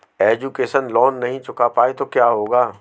Education loan नहीं चुका पाए तो क्या होगा?